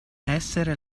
essere